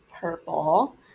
purple